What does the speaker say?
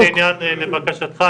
לבקשתך,